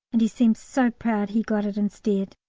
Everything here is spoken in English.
and he seems so proud he got it instead.